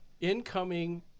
incoming